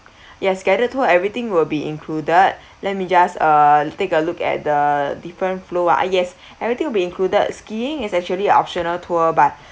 yes guided tour everything will be included let me just uh take a look at the different flow ah yes everything will be included skiing is actually optional tour but